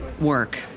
work